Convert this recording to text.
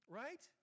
right